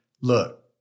look